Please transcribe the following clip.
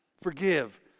Forgive